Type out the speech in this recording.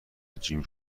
جیم